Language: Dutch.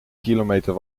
kilometer